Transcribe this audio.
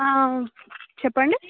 చెప్పండి